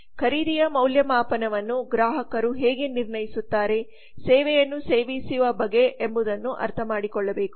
ಖರೀದಿಯ ಮೌಲ್ಯಮಾಪನವನ್ನು ಗ್ರಾಹಕರು ಹೇಗೆ ನಿರ್ಣಯಿಸುತ್ತಾರೆ ಸೇವೆಯನ್ನು ಸೇವಿಸುವ ಬಗೆ ಎಂಬುದನ್ನು ಅರ್ಥಮಾಡಿಕೊಳ್ಳಿ